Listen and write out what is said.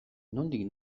nondik